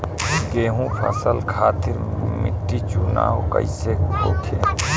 गेंहू फसल खातिर मिट्टी चुनाव कईसे होखे?